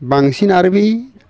बांसिन आरो बै